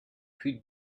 who